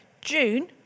June